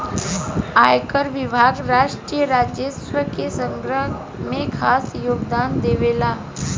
आयकर विभाग राष्ट्रीय राजस्व के संग्रह में खास योगदान देवेला